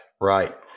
Right